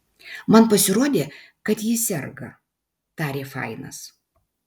man pasirodė kad ji serga tarė fainas